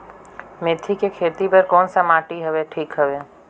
मेथी के खेती बार कोन सा माटी हवे ठीक हवे?